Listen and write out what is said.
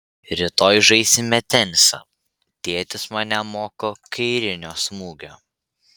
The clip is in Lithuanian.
rytoj žaisime tenisą tėtis mane moko kairinio smūgio